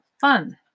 fun